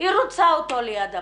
היא רוצה אותו ליד הבית.